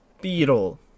Beetle